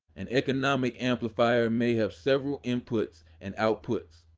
an economic amplifier may have several inputs and outputs.